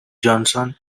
johnson